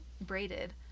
braided